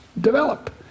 develop